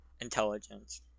intelligence